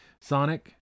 Sonic